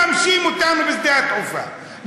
ממששים אותנו בשדה התעופה,